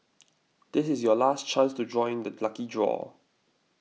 this is your last chance to join the lucky draw